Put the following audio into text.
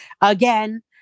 again